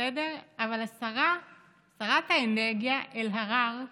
בסדר, אבל שרת האנרגיה אלהרר